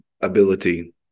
ability